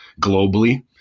globally